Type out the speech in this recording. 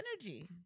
energy